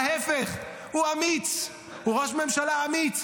ההפך, הוא אמיץ, הוא ראש ממשלה אמיץ.